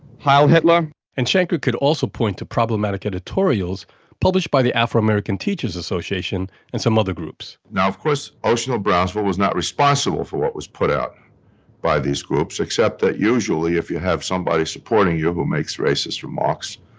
heil hitler and shanker could also point to problematic editorials published by the afro-american teachers association and some other groups now, of course, ocean hill-brownsville was not responsible for what was put out by these groups, except that usually if you have somebody supporting you who makes racist remarks,